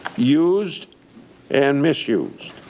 used and misused.